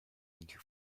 into